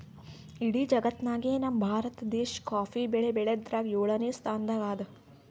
ಇಡೀ ಜಗತ್ತ್ನಾಗೆ ನಮ್ ಭಾರತ ದೇಶ್ ಕಾಫಿ ಬೆಳಿ ಬೆಳ್ಯಾದ್ರಾಗ್ ಯೋಳನೆ ಸ್ತಾನದಾಗ್ ಅದಾ